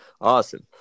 Awesome